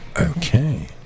okay